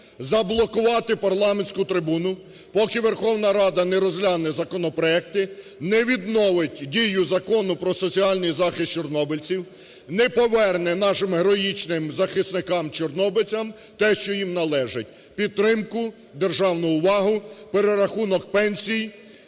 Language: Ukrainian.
заблокувати парламентську трибуну, поки Верховна Рада не розгляне законопроекти, не відновить дію Закону "Про соціальний захист чорнобильців", не поверне нашим героїчним захисникам-чорнобильцям те, що їм належить: підтримку державну увагу, перерахунок пенсій,